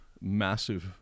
massive